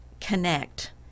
connect